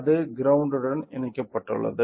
அது கிரௌண்ட்டன் இணைக்கப்பட்டுள்ளது